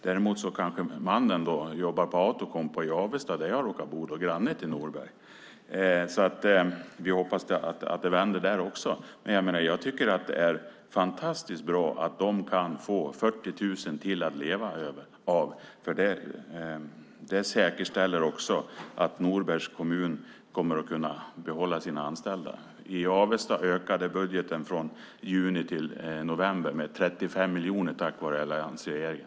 Däremot kanske mannen jobbar på Outokumpu i Avesta där jag råkar bo granne till Norberg. Vi hoppas att det vänder där också. Men jag tycker att det är fantastiskt bra att de kan få 40 000 till att leva av. Det säkerställer också att Norbergs kommun kommer att kunna behålla sina anställda. I Avesta ökade budgeten från juni till november med 35 miljoner tack vare alliansregeringen.